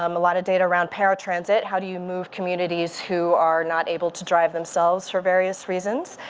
um a lot of data around paratransit. how do you move communities who are not able to drive themselves for various reasons?